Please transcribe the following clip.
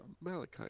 Malachi